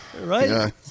Right